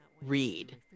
read